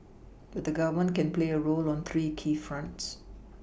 but the Government can play a role on three key fronts